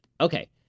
Okay